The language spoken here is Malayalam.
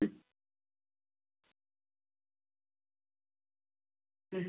മ് മ്